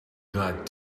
got